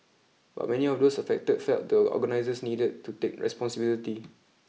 but many of those affected felt the organisers needed to take responsibility